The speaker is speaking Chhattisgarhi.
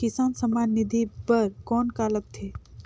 किसान सम्मान निधि बर कौन का लगथे?